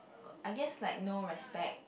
I guess like no respect